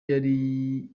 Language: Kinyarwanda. yari